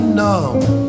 numb